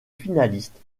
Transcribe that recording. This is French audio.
finaliste